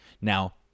Now